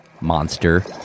Monster